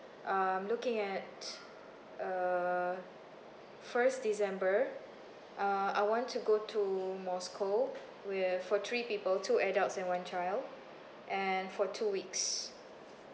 um looking at uh first december uh I want to go to moscow we're for three people two adults and one child and for two weeks